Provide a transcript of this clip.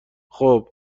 خوب